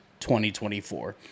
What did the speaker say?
2024